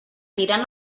tirant